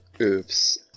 oops